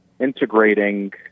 integrating